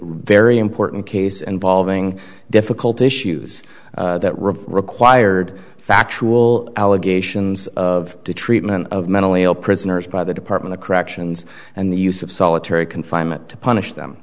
very important case and valving difficult issues that really required factual allegations of the treatment of mentally ill prisoners by the department of corrections and the use of solitary confinement to punish them